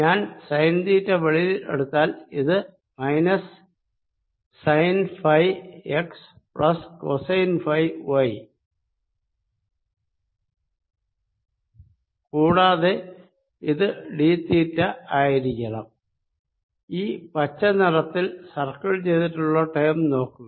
ഞാൻ sine theta വെളിയിൽ എടുത്താൽ ഇത് minus sine phi x plus cosine phi y കൂടാതെ ഇത് ഡി തീറ്റ ആയിരിക്കണംഈ പച്ച നിറത്തിൽ സർക്കിൾ ചെയ്തിട്ടുള്ള ടേം നോക്കുക